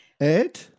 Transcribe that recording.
Ed